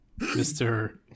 Mr